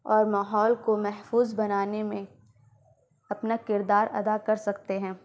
اور ماحول کو محفوظ بنانے میں اپنا کردار ادا کر سکتے ہیں